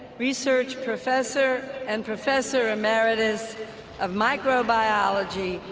research professor and professor emeritus of microbiology,